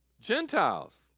Gentiles